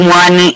one